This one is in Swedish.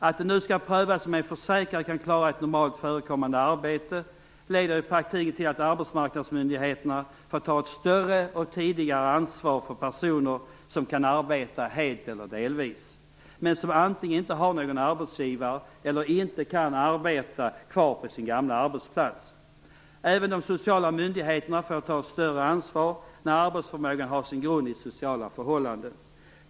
Att det nu skall prövas om en försäkrad kan klara ett normalt förekommande arbete leder i praktiken till att arbetsmarknadsmyndigheterna får ta ett större och tidigare ansvar för personer som kan arbeta helt eller delvis, vilka antingen inte har någon arbetsgivare eller inte kan arbeta kvar på sin gamla arbetsplats. Även de sociala myndigheterna får ta ett större ansvar när arbetsoförmågan har sin grund i sociala förhållanden.